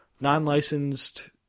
non-licensed